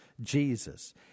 Jesus